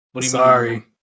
Sorry